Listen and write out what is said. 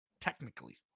Technically